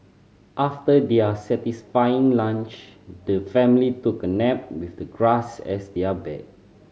after their satisfying lunch the family took a nap with the grass as their bed